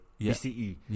BCE